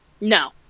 no